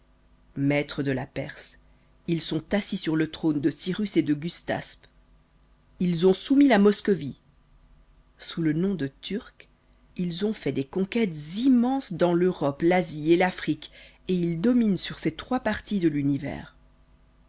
maîtres de la perse ils sont assis sur le trône de cyrus et de gustaspe ils ont soumis la moscovie sous le nom de turcs ils ont fait des conquêtes immenses dans l'europe l'asie et l'afrique et ils dominent sur ces trois parties de l'univers